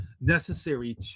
necessary